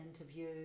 interview